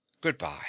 Goodbye